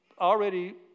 already